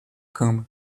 cama